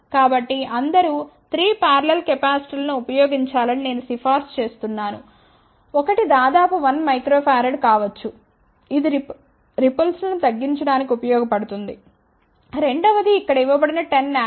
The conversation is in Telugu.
కాబట్టి అందరూ 3 పారలెల్ కెపాసిటర్ లను ఉపయోగించాలని నేను సిఫార్సు చేస్తున్నాను ఒకటి దాదాపు 1 మైక్రోఫరాడ్ కావచ్చు ఇది రిపుల్స్ ను తగ్గించడానికి ఉపయోగ పడుతుంది రెండవది ఇక్కడ ఇవ్వబడిన 10 nF